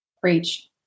Preach